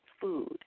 food